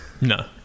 No